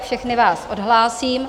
Všechny vás odhlásím.